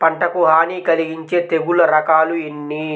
పంటకు హాని కలిగించే తెగుళ్ల రకాలు ఎన్ని?